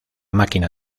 máquina